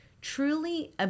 truly